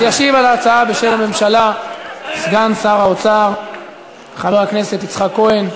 אז ישיב על ההצעה בשם הממשלה סגן שר האוצר חבר הכנסת יצחק כהן,